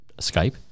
Skype